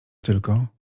tylko